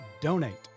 donate